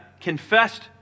confessed